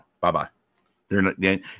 bye-bye